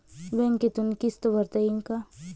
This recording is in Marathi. बँकेतून किस्त भरता येईन का?